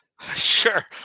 Sure